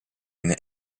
line